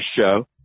show